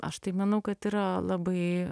aš tai manau kad yra labai